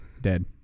dead